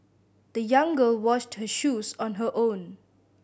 the young girl washed her shoes on her own